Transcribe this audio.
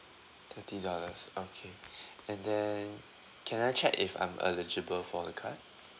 thirty dollars okay and then can I check if I'm eligible for the card